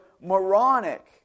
moronic